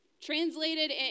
Translated